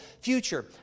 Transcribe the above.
future